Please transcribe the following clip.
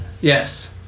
Yes